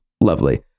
lovely